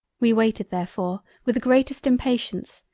we waited therefore with the greatest impatience,